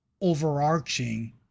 overarching